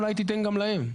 אולי תתן גם להם.